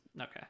Okay